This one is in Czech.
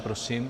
Prosím.